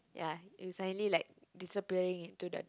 ya you suddenly like disappearing into the